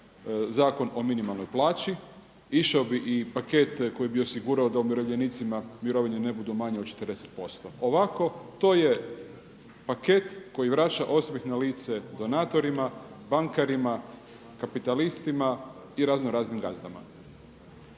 Zakon o minimalnoj plaći, išao bi i paket koji bi osigurao da umirovljenicima mirovine ne budu manje od 40%. Ovako to je paket koji vraća osmjeh na lice donatorima, bankarima, kapitalistima i raznoraznim gazdama.